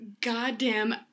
goddamn